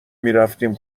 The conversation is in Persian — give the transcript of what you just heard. میرفتیم